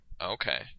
Okay